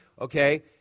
okay